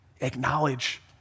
acknowledge